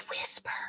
whisper